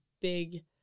big